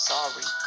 Sorry